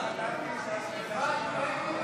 חברי הכנסת, להלן תוצאות ההצבעה: 62 בעד, 46 נגד.